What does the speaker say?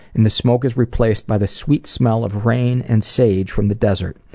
and the smoke is replaced by the sweet smell of rain and sage from the desert.